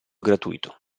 gratuito